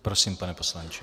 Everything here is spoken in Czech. Prosím, pane poslanče.